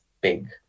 big